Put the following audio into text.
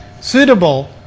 suitable